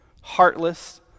heartless